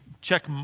check